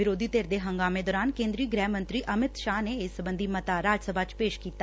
ਵਿਰੋਧੀ ਧਿਰ ਦੇ ਹੰਗਾਮੇ ਦੌਰਾਨ ਕੇਂਦਰ ਗੁਹਿ ਮੰਤਰੀ ਅਮਿਤ ਸ਼ਾਹ ਨੇ ਇਸ ਸਬੰਧੀ ਮੱਤਾ ਰਾਜ ਸਭਾ ਚ ਪੇਸ਼ ਕੀਤਾ